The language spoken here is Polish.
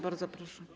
Bardzo proszę.